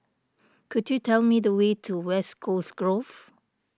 could you tell me the way to West Coast Grove